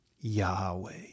yahweh